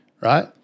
right